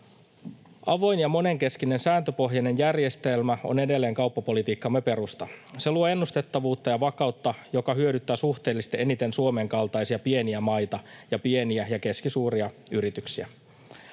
Avoin ja monenkeskinen sääntöpohjainen järjestelmä on edelleen kauppapolitiikkamme perusta. Se luo ennustettavuutta ja vakautta, mikä hyödyttää suhteellisesti eniten Suomen kaltaisia pieniä maita ja pieniä ja keskisuuria yrityksiä.